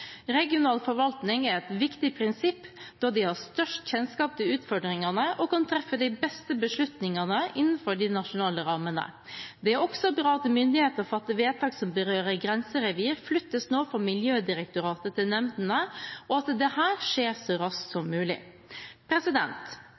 Regional forvaltning er et viktig prinsipp, da de har størst kjennskap til utfordringene og kan treffe de beste beslutningene innenfor de nasjonale rammene. Det er også bra at myndighet til å fatte vedtak som berører grenserevir, nå flyttes fra Miljødirektoratet til nemndene, og at dette skjer så raskt som